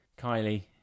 Kylie